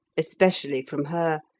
especially from her,